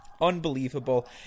unbelievable